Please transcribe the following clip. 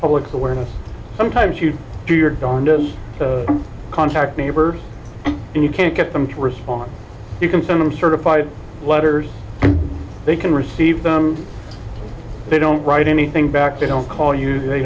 public awareness sometimes you do your don't contact me ever and you can't get them to respond you can send them certified letters they can receive they don't write anything back they don't call you they